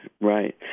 Right